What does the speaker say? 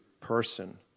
person